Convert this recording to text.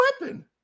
weapon